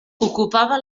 ocupava